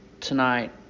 tonight